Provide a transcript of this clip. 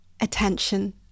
attention